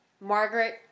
Margaret